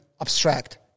abstract